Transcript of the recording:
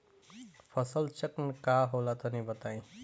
फसल चक्रण का होला तनि बताई?